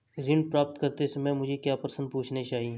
ऋण प्राप्त करते समय मुझे क्या प्रश्न पूछने चाहिए?